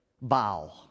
Bow